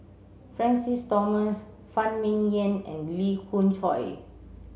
Francis Thomas Phan Ming Yen and Lee Khoon Choy